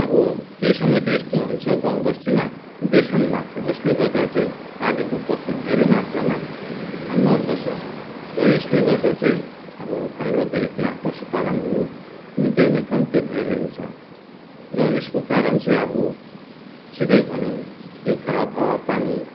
अब केही समय त यस्तो हुन्छ गाउँ बस्तीमा देसन लाग्छ जसले गर्दा चाहिँ पालेको पशु धेरै मात्रामा अब मर्दछ र यसले गर्दा चाहिँ अब हाम्रो भेगमा पशु पालनहरू निकै नै कम्ती भइरहेछ र यसको कारण चाहिँ अब सिधै भनौँ यो खराब हावा पानी